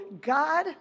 God